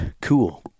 Cool